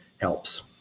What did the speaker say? helps